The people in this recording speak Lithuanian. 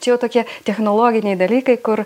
čia jau tokie technologiniai dalykai kur